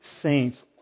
saints